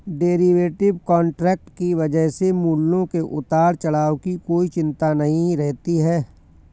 derivative contract की वजह से मूल्यों के उतार चढ़ाव की कोई चिंता नहीं रहती है